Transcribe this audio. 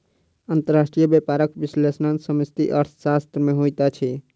अंतर्राष्ट्रीय व्यापारक विश्लेषण समष्टि अर्थशास्त्र में होइत अछि